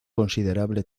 considerable